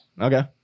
Okay